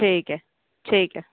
ठीक ऐ ठीक ऐ